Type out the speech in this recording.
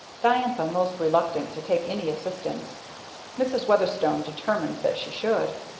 diantha most reluctant to take any assistance mrs. weatherstone determined that she should.